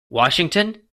washington